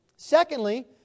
Secondly